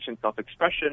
self-expression